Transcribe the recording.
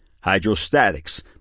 Hydrostatics